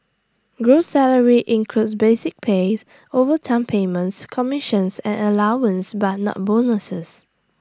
gross salary includes basic pays overtime payments commissions and allowances but not bonuses